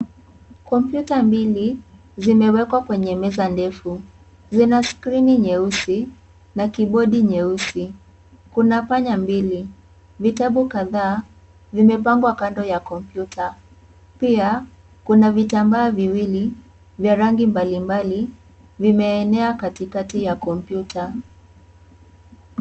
Kompyuta mbili zimewekwa kwenye meza ndefu. Zina skrini nyeusi na kibodi nyeusi. Kuna panya mbili. Vitabu kadhaa vimepangwa kando ya kompyuta, pia kuna vitamba viwili vya rangi mbalimbali vimeenea katikati ya kompyuta.